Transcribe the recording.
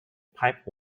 pipe